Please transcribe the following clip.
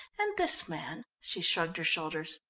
and this man, she shrugged her shoulders,